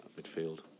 midfield